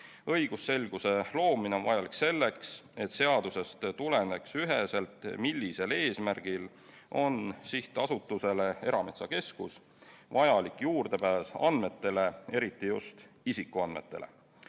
Õigusselguse loomine on vajalik selleks, et seadusest tuleneks üheselt, millisel eesmärgil on SA-le Erametsakeskus vajalik juurdepääs andmetele, eriti just isikuandmetele.